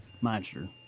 monster